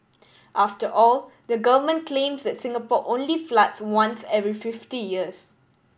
after all the government claims that Singapore only floods once every fifty years